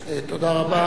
תודה רבה.